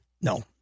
No